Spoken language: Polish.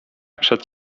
przed